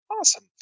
Awesome